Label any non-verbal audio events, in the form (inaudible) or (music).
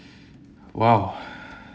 !wow! (breath)